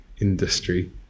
industry